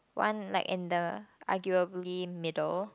one like in the arguably middle